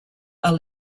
are